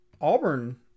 Auburn